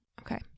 Okay